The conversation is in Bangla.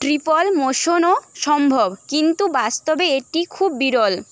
ট্রিপল মোশনও সম্ভব কিন্তু বাস্তবে এটি খুব বিরল